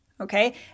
okay